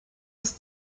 aus